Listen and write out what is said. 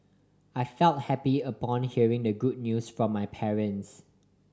I felt happy upon hearing the good news from my parents